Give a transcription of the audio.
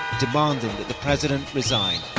demanding that the president resign.